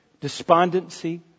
despondency